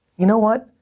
you know what?